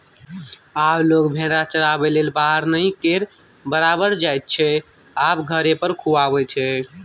आब लोक भेरा चराबैलेल बाहर नहि केर बराबर जाइत छै आब घरे पर खुआबै छै